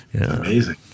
amazing